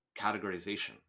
categorization